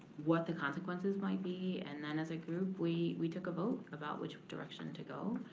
what the consequences might be and then as a group we we took a vote about which direction to go.